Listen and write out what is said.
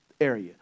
area